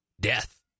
death